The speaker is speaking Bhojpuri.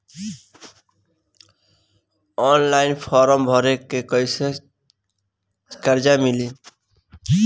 ऑनलाइन फ़ारम् भर के कैसे कर्जा मिली?